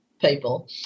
people